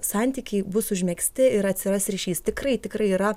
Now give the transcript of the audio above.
santykiai bus užmegzti ir atsiras ryšys tikrai tikrai yra